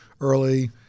early